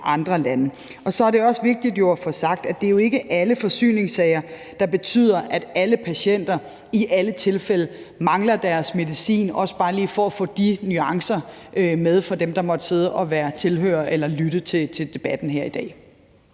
andre lande. Så er det også vigtigt at få sagt, at det jo ikke er alle forsyningssager, der betyder, at alle patienter i alle tilfælde mangler deres medicin. Det er også bare lige for at få de nuancer med for dem, der måtte sidde og være tilhørere eller lytte til debatten her i dag.